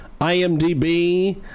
IMDb